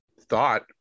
thought